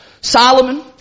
Solomon